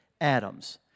Adam's